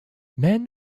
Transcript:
men